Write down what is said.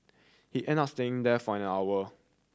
he end up staying there for an hour